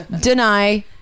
Deny